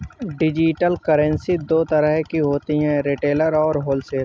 digital currency दो तरह की होती है रिटेल और होलसेल